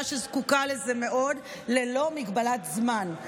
שזקוקה לזה מאוד ללא מגבלת זמן,